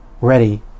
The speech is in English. ready